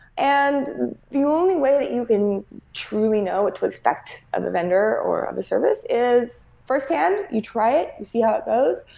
and only way that you can truly know what to expect of a vendor or of a service is firsthand, you try it, you see how it goes.